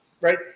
right